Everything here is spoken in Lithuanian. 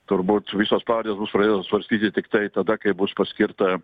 turbūt visos pavardės bus pradėtos svarstyti tiktai tada kai bus paskirta